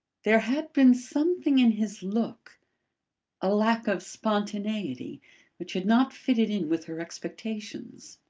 there had been something in his look a lack of spontaneity which had not fitted in with her expectations.